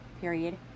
period